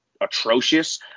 atrocious